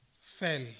fell